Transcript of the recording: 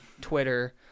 Twitter